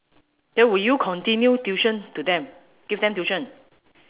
then will you continue tuition to them give them tuition